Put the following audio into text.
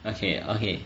okay okay